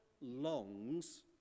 longs